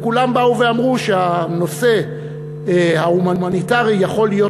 וכולם באו ואמרו שהנושא ההומניטרי יכול להיות